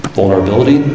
vulnerability